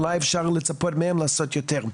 אולי אפשר לצפות מהם לעשות יותר.